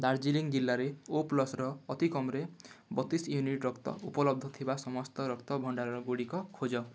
ଦାର୍ଜିଲିଂ ଜିଲ୍ଲାରେ ଓ ପ୍ଲସର ଅତିକମ୍ରେ ବତିଶି ୟୁନିଟ୍ ରକ୍ତ ଉପଲବ୍ଧ ଥିବା ସମସ୍ତ ରକ୍ତ ଭଣ୍ଡାର ଗୁଡ଼ିକ ଖୋଜ